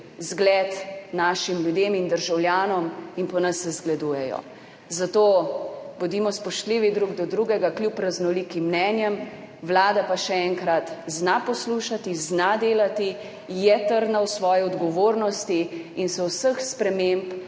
zgled našim ljudem in državljanom in po nas se zgledujejo, zato bodimo spoštljivi drug do drugega, kljub raznolikim mnenjem. Vlada pa, še enkrat, zna poslušati, zna delati, je trdna v svoji odgovornosti in se vseh sprememb